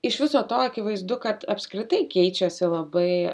iš viso to akivaizdu kad apskritai keičiasi labai